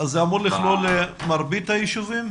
זה אמור לכלול את מרבית היישובים?